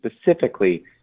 specifically